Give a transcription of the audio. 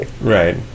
Right